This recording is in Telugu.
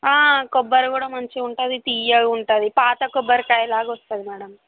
కొబ్బరి కూడా మంచిగా ఉంటుంది తీయగా ఉంటుంది పాత కొబ్బరికాయ లాగా వస్తుంది మ్యాడమ్